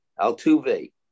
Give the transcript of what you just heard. Altuve